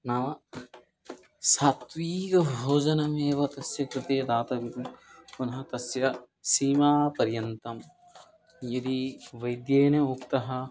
नाम सात्विकभोजनमेव तस्य कृते दातव्यं पुनः तस्य सीमापर्यन्तं यदि वैद्येन उक्तः